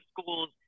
Schools